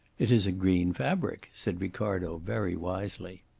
it is a green fabric, said ricardo very wisely.